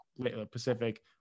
Pacific